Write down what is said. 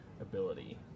ability